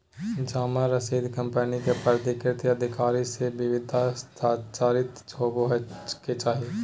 जमा रसीद कंपनी के प्राधिकृत अधिकारी से विधिवत हस्ताक्षरित होबय के चाही